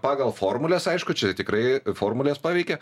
pagal formules aišku čia tikrai formulės paveikė